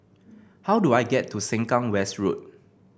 how do I get to Sengkang West Road